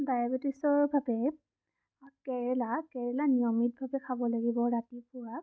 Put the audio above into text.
ডায়েবেটিছৰ বাবে কেৰেলা কেৰেলা নিয়মিতভাবে খাব লাগিব ৰাতিপুৱা